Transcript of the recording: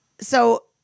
So-